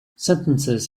sentences